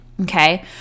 okay